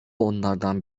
onlardan